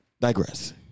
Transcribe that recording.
digress